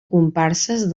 comparses